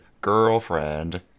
girlfriend